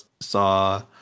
saw